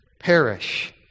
perish